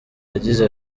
yagize